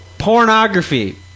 Pornography